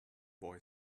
boy